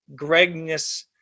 gregness